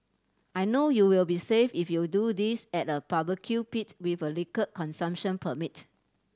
I know you will be safe if you do this at a barbecue pit with a liquor consumption permit